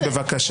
אי-אפשר ככה.